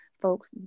folks